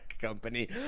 company